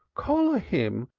collar him!